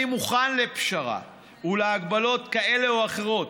אני מוכן לפשרה ולהגבלות כאלה או אחרות.